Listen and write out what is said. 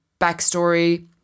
backstory